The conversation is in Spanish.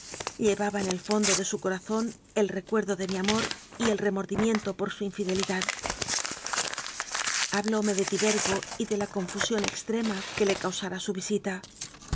ba en el fondo de su corazón el recuerdo de mi amor y el remordimiento por su infidelidad ha blóme de tibergo y de la confusión extrema que le causara su visita